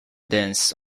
dance